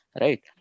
right